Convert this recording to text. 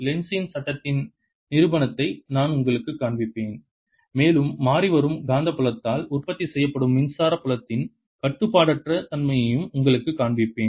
லென்ஸின் Lenz's சட்டத்தின் நிரூபணத்தை நான் உங்களுக்குக் காண்பிப்பேன் மேலும் மாறிவரும் காந்தப்புலத்தால் உற்பத்தி செய்யப்படும் மின்சார புலத்தின் கட்டுப்பாடற்ற தன்மையையும் உங்களுக்குக் காண்பிப்பேன்